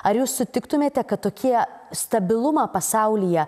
ar jūs sutiktumėte kad tokie stabilumą pasaulyje